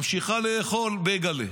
ממשיכה לאכול בייגלה.